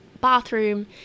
bathroom